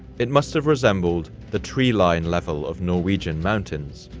it must have resembled the treeline level of norwegian mountains,